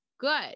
good